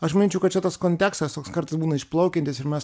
aš manyčiau kad čia tas kontekstas toks kartais būna išplaukiantis ir mes